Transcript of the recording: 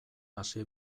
hasi